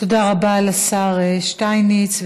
לשר שטייניץ,